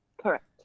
correct